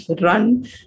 run